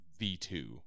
V2